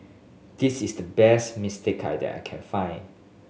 this is the best mistake that I can find